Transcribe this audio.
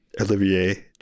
Olivier